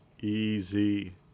easy